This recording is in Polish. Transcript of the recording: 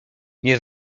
nie